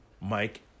Mike